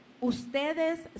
ustedes